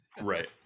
Right